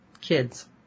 kids